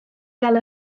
gael